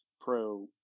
pro